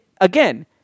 again